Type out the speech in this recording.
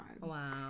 Wow